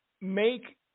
make